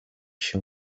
się